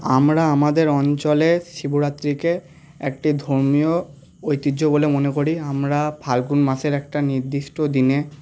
আমরা আমাদের অঞ্চলে শিবরাত্রিকে একটি ধর্মীয় ঐতিহ্য বলে মনে করি আমরা ফাল্গুন মাসের একটা নির্দিষ্ট দিনে